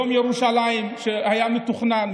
יום ירושלים, היה מתוכנן.